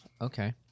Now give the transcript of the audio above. Okay